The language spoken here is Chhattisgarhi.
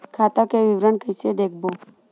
खाता के विवरण कइसे देखबो?